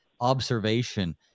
observation